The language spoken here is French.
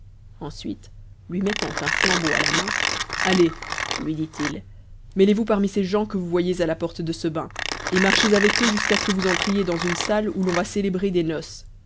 ensuite lui mettant un flambeau à la main allez lui dit-il mêlez-vous parmi ces gens que vous voyez à la porte de ce bain et marchez avec eux jusqu'à ce que vous entriez dans une salle où l'on va célébrer des noces